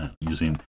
using